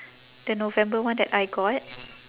the november one that I got